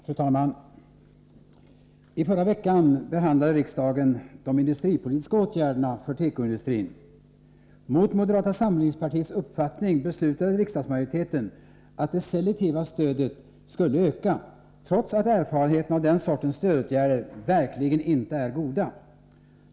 Fru talman! I förra veckan behandlade riksdagen de industripolitiska åtgärderna för tekoindustrin. Mot moderata samlingspartiets uppfattning beslutade riksdagsmajoriteten att det selektiva stödet skulle öka, trots att erfarenheterna av den sortens stödåtgärder verkligen inte är goda.